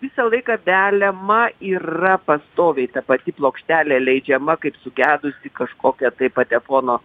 visą laiką veliama yra pastoviai ta pati plokštelė leidžiama kaip sugedusi kažkokia tai patefono